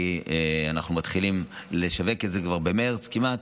כי אנחנו מתחילים לשווק את זה כבר במרץ כמעט.